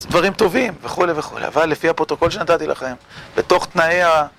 דברים טובים... וכו' וכו', אבל לפי הפרוטוקול שנתתי לכם, לתוך תנאי ה...